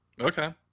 okay